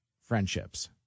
friendships